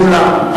מולה?